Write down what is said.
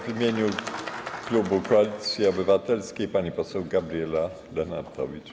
W imieniu klubu Koalicji Obywatelskiej pani poseł Gabriela Lenartowicz.